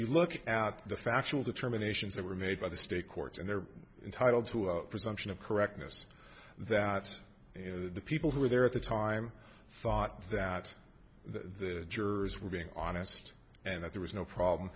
you look at the factual determinations that were made by the state courts and they're entitled to a presumption of correctness that the people who were there at the time thought that the jurors were being honest and that there was no problem